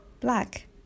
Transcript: black